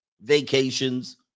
vacations